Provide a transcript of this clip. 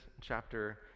chapter